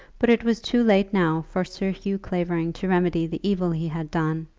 but it was too late now for sir hugh clavering to remedy the evil he had done,